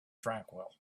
tranquil